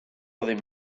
ddim